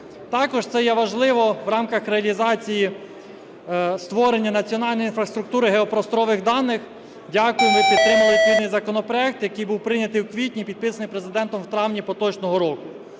Також, це є важливо в рамках реалізації створення національної інфраструктури геопросторових даних. Дякуємо, ви підтримали відповідний законопроект, який був прийнятий в квітні і підписаний Президентом в травні поточного року.